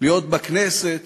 להיות בכנסת